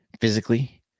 physically